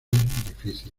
difícil